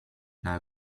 nach